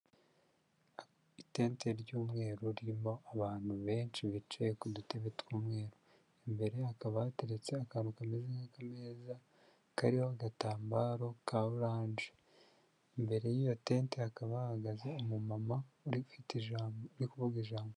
Intente ry'umweru ririmo abantu benshi bicaye ku dutebe tw'umweru imbere hakaba hateretse akantu kameze nk'akameza kariho agatambaro ka orange imbere y'iyo tente hakaba hahagaze umu mama wari ufite ijambo ryo kuvuga.